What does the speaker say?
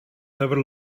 never